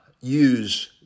use